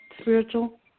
spiritual